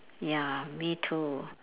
ya me too